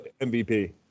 MVP